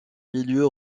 milieu